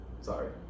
Sorry